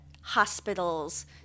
hospitals